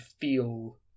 feel